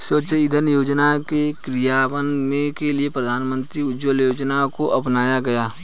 स्वच्छ इंधन योजना के क्रियान्वयन के लिए प्रधानमंत्री उज्ज्वला योजना को अपनाया गया